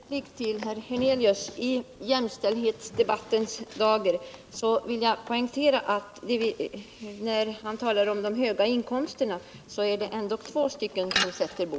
Herr talman! Bara en liten replik till Allan Hernelius. I dessa jämställdhetsdebattens dagar vill jag, när Allan Hernelius talar om de höga inkomsterna, poängtera att det ändå är två som sätter bo.